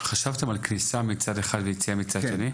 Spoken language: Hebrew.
חשבתם על כניסה מצד אחד ויציאה מצד שני?